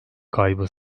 kaybı